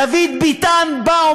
דוד ביטן בא,